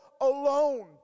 alone